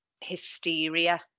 hysteria